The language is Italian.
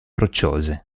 rocciose